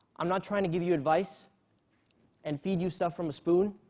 i'm not trying to give you advice and feed you stuff from a spoon.